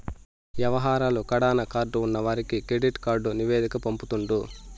యవహారాలు కడాన కార్డు ఉన్నవానికి కెడిట్ కార్డు నివేదిక పంపుతుండు